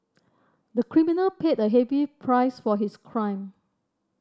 the criminal paid a heavy price for his crime